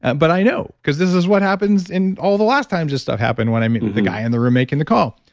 but i know because this is what happens in all the last times this stuff happened when i meet with the guy in the room making the call.